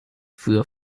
für